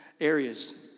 areas